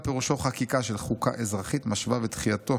מלמעלה פירושו חקיקה של חוקה אזרחית משווה ודחייתו